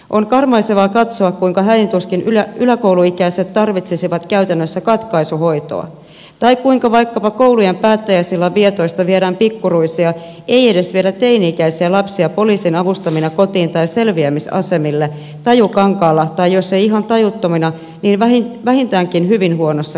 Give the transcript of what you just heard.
on karmaisevaa katsoa kuinka hädin tuskin yläkouluikäiset tarvitsisivat käytännössä katkaisuhoitoa tai kuinka vaikkapa koulujen päättäjäisillan vietosta viedään pikkuruisia ei edes vielä teini ikäisiä lapsia poliisin avustamina kotiin tai selviämisasemille taju kankaalla tai jos ei ihan tajuttomina niin vähintäänkin hyvin huonossa kunnossa